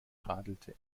radelte